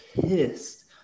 pissed